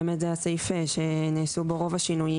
באמת זה הסעיף שנעשו בו רוב השינויים,